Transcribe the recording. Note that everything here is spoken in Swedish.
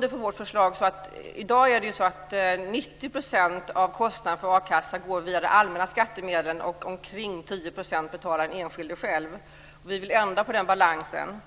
Det är i dag så att 90 % av kostnaden för a-kassa täcks av allmänna skattemedel, och den enskilde betalar själv omkring 10 %. Vi vill ändra på den balansen